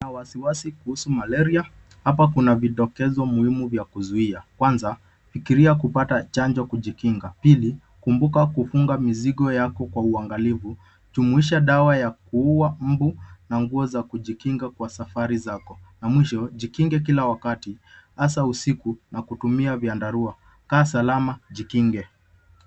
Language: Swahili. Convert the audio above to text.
wasiwasi kuhusu malaria. Hapa kuna vidokezo muhimu ya kuzuia. Kwanza, fikiria kupata chanjo kujinga. Pili, kumbuka kufunga mizigo yako kwa uangalifu, jumuisha dawa ya kuua mbu na nguo za kujikinga kwa safari zako. Na mwisho, jikinge kila wakati hasa usiku na kutumia vyandarua. Kaa salama, jikinge.